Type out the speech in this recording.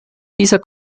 dieser